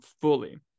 fully